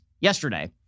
yesterday